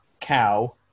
Cow